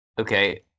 Okay